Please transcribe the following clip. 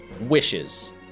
wishes